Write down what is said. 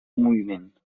moviment